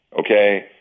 okay